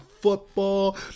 football